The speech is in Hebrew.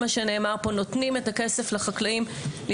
ונותנים את הכסף לחקלאים כדי להתכונן,